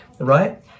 right